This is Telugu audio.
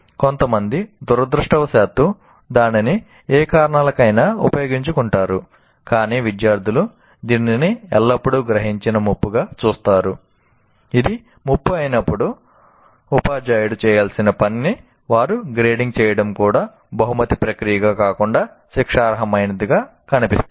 కొంతమంది దురదృష్టవశాత్తు దానిని ఏ కారణాలకైనా ఉపయోగించుకుంటారు కాని విద్యార్థులు దీనిని ఎల్లప్పుడూ గ్రహించిన ముప్పుగా చూస్తారు ఇది ముప్పు అయినప్పుడు ఉపాధ్యాయుడు చేయాల్సిన పనిని వారు గ్రేడింగ్ చేయడం కూడా బహుమతి ప్రక్రియగా కాకుండా శిక్షార్హమైనదిగా కనిపిస్తుంది